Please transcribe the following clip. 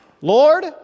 Lord